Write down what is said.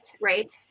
right